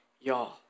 y'all